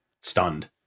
stunned